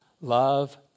Love